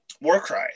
Warcry